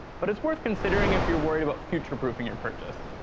but it's worth considering if you're worried about future-proofing your purchase.